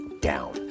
down